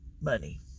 money